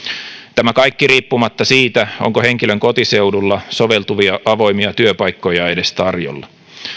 tämä kaikki riippumatta siitä onko henkilön kotiseudulla soveltuvia avoimia työpaikkoja edes tarjolla